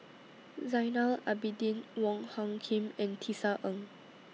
Zainal Abidin Wong Hung Khim and Tisa Ng